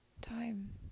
Time